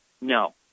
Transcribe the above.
No